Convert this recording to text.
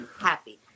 happy